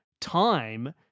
time